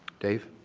dave?